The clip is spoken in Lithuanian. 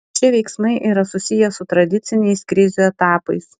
šie veiksmai yra susiję su tradiciniais krizių etapais